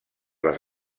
les